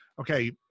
okay